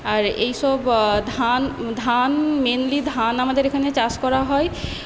আর এইসব ধান ধান মেনলি ধান আমাদের এখানে চাষ করা হয়